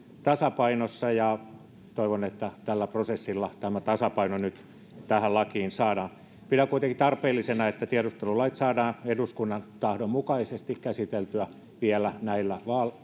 tasapainossa ja toivon että tällä prosessilla tämä tasapaino tähän lakiin nyt saadaan pidän kuitenkin tarpeellisena että tiedustelulait saadaan eduskunnan tahdon mukaisesti käsiteltyä vielä näillä